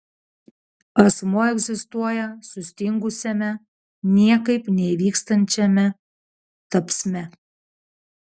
asmuo egzistuoja sustingusiame niekaip neįvykstančiame tapsme